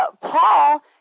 Paul